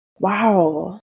wow